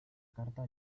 carta